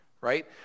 right